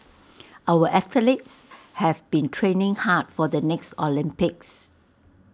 our athletes have been training hard for the next Olympics